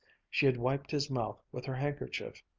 she had wiped his mouth with her handkerchief,